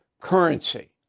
currency